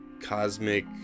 cosmic